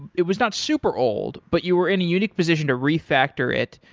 it it was not super old but you were in a unique position to refactor it.